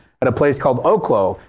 at a place called oklo,